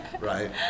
right